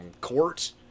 court